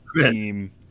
team